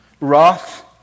wrath